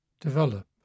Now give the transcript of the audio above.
develop